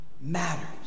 matters